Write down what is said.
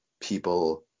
people—